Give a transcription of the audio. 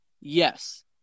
Yes